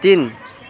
तिन